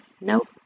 Nope